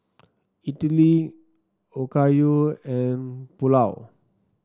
Idili Okayu and Pulao